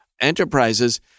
enterprises